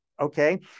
okay